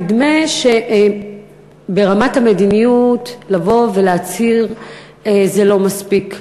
נדמה שברמת המדיניות לבוא ולהצהיר זה לא מספיק.